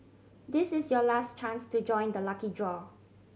this is your last chance to join the lucky draw